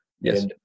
Yes